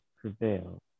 prevail